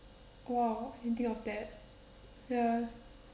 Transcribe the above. !wow! didn't think of that the